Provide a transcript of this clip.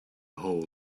whole